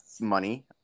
money